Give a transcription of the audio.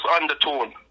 undertone